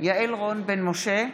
יעל רון בן משה,